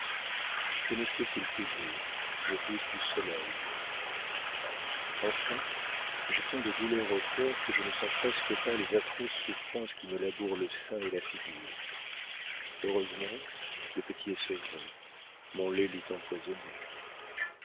je ne sais s'il fait jour je doute du soleil enfin j'ai tant de douleur au cœur que je ne sens presque pas les atroces souffrances qui me labourent le sein et la figure heureusement le petit est sevré mon lait l'eût empoisonné